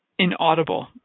Inaudible